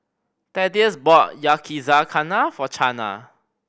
Thaddeus bought Yakizakana for Chana